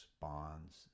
bonds